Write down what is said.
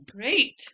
great